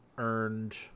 earned